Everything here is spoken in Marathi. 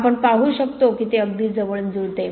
आपण पाहू शकतो की ते अगदी जवळून जुळते